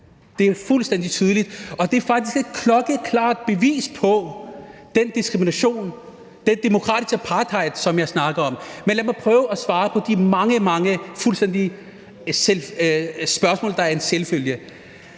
det er faktisk et klokkeklart bevis på den diskrimination, den demokratiske apartheid, som jeg snakker om. Men lad mig nu prøve at svare på de mange, mange spørgsmål, hvor svaret er en selvfølge.